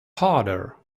harder